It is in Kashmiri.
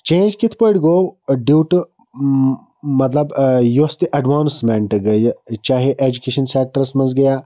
چینٛج کِتھ پٲٹھۍ گوٚو ٲں ڈیٛو ٹُو مطلب ٲں یۄس تہِ ایٚڈوانٕسمیٚنٛٹ گٔیہِ چاہے ایٚجوکیشَن سیٚکٹَرَس مَنٛز گٔیا